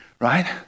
right